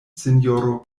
sinjoro